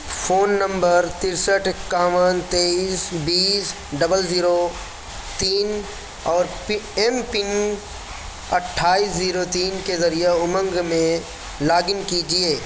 phone number تریسٹھ اکیاون تئیس بیس ڈبل زیرو تین اور ایم پن اٹھائیس زیرو تین کے ذریعہ امنگ میں لاگن کیجیے